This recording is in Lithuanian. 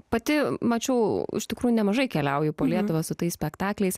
pati mačiau iš tikrųjų nemažai keliauju po lietuvą su tais spektakliais